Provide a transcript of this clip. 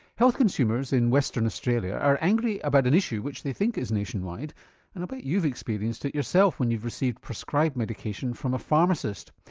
health consumers in western australia are angry about an issue which they think is nationwide and i'll bet you've experienced it yourself when you've received prescribed medication from a pharmacist.